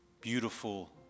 beautiful